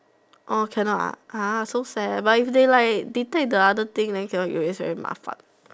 oh cannot ah !huh! so sad but if they like detect the other thing then cannot use then very 麻烦